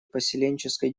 поселенческой